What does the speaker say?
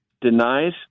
denies